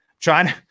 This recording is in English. trying